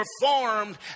performed